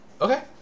Okay